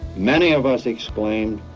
many of us exclaimed,